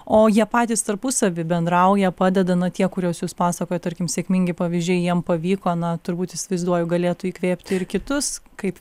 o jie patys tarpusavy bendrauja padeda na tie kuriuos jūs pasakojo tarkim sėkmingi pavyzdžiai jiem pavyko na turbūt įsivaizduoju galėtų įkvėpti ir kitus kaip